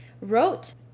wrote